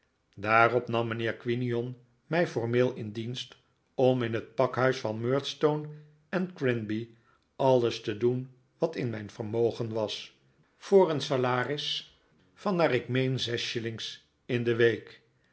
daarop nam miinheer quinion mij formeel in dienst om in het pakhuis van murdstone en grinby alles te doen wat in mijn vermogen was voor een salaris van naar ik meen zes shilling in de week